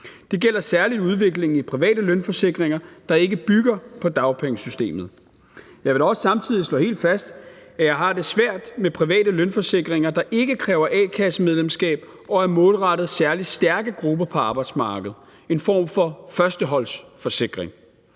Det gælder særlig udviklingen i private lønforsikringer, der ikke bygger på dagpengesystemet. Jeg vil da også samtidig slå helt fast, at jeg har det svært med private lønforsikringer, der ikke kræver a-kassemedlemskab og er målrettet særlig stærke grupper på arbejdsmarkedet, altså en form for førsteholdsforsikring.